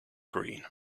green